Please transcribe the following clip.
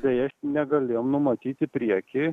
deja negalėjom numatyt į priekį